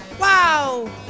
Wow